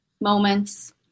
moments